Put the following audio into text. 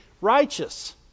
righteous